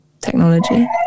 technology